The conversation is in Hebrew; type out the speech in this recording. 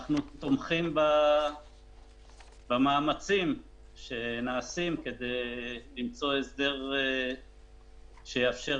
אנחנו תומכים במאמצים שנעשים כדי למצוא הסדר שיאפשר